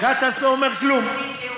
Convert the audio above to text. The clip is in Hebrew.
גטאס לא אומר כלום.